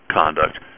conduct